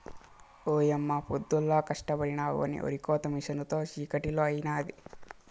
ఓయమ్మ పొద్దుల్లా కష్టపడినా అవ్వని ఒరికోత మిసనుతో చిటికలో అయినాది